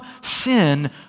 sin